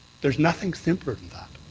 there's nothing simpler than that.